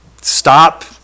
stop